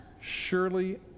Surely